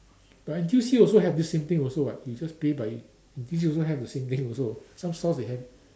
but N_T_U_C also have the same thing also what you just pay by N_T_U_C also have the same thing also some stalls they have